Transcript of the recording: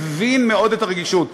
מאוד מבין את הרגישות,